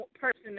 person